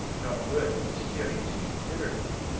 not worth his serious considering.